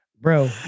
Bro